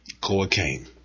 cocaine